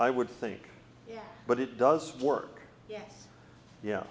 i would think but it does work yeah